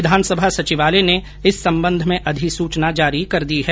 विधानसभा सचिवालय ने इस संबंध में अधिसूचना जारी कर दी है